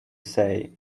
say